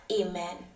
Amen